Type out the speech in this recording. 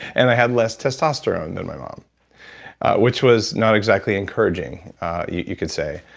and i had less testosterone than my mom which was not exactly encouraging you could say.